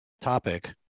topic